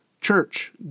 church